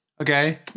Okay